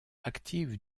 active